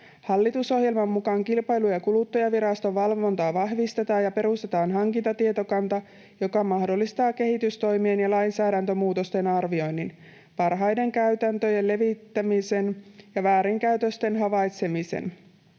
Hallitusohjelman mukaan Kilpailu‑ ja kuluttajaviraston valvontaa vahvistetaan ja perustetaan hankintatietokanta, joka mahdollistaa kehitystoimien ja lainsäädäntömuutosten arvioinnin, parhaiden käytäntöjen levittämisen ja väärinkäytösten havaitsemisen.